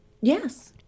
yes